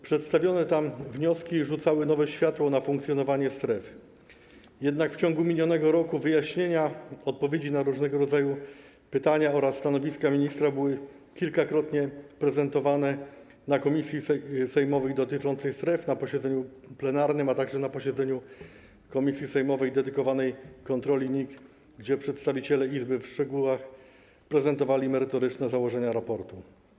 Przedstawione tam wnioski rzucały nowe światło na funkcjonowanie stref, jednak w ciągu minionego roku wyjaśnienia, odpowiedzi na różnego rodzaju pytania oraz stanowiska ministra były kilkakrotnie prezentowane na komisji sejmowych dotyczących stref, na posiedzeniu plenarnym, a także na posiedzeniu komisji sejmowej dedykowanej kontroli NIK, gdzie przedstawiciele Izby w szczegółach prezentowali merytoryczne założenia raportu.